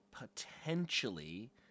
potentially